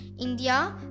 India